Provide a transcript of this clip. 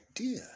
idea